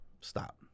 Stop